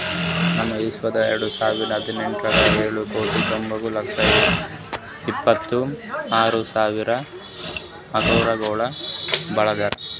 ನಮ್ ವಿಶ್ವದಾಗ್ ಎರಡು ಸಾವಿರ ಹದಿನೆಂಟರಾಗ್ ಏಳು ಕೋಟಿ ತೊಂಬತ್ತು ಲಕ್ಷ ಇಪ್ಪತ್ತು ಆರು ಸಾವಿರ ಅಂಗುರಗೊಳ್ ಬೆಳದಾರ್